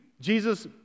Jesus